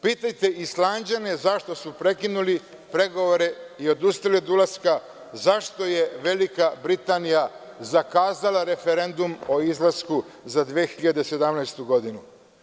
Pitajte Islanđane zašto su prekinuli pregovore i odustali od ulaska, zašto je Velika Britanija zakazala referendum o izlasku za 2017. godinu.